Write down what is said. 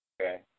Okay